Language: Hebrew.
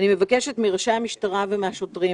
אני מבקשת מראשי המשטרה ומן השוטרים